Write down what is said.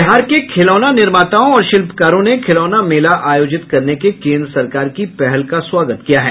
बिहार के खिलौना निर्माताओं और शिल्पकारों ने खिलौना मेला आयोजित करने के केन्द्र सरकार की पहल का स्वागत किया है